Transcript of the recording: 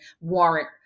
warrant